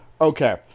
Okay